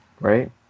right